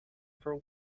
for